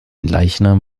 leichnam